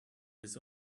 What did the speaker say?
his